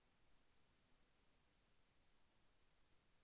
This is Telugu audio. మొలకల సాగు వలన ప్రయోజనం ఏమిటీ?